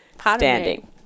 standing